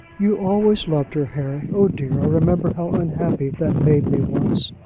you always loved her, harry. oh, dear, i remember how unhappy that made me once,